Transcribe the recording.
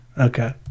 okay